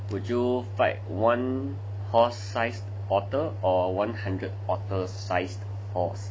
would you fight one horse-sized otter or one hundred otter sized horse